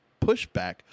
pushback